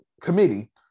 committee